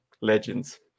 legends